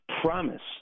promise